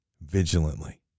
vigilantly